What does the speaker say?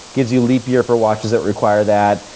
gives you leap year for watches that require that.